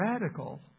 radical